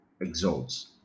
exalts